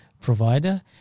provider